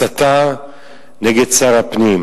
חבר הכנסת מיכאל בן-ארי.